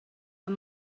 ond